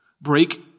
break